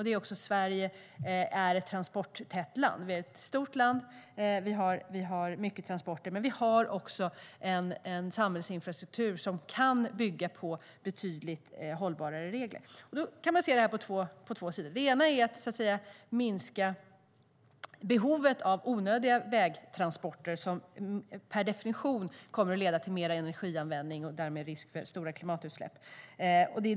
Ett sätt är att minska behovet av onödiga vägtransporter som per definition kommer att leda till mer energianvändning och därmed risk för stora klimatutsläpp.